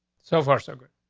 so far, so good.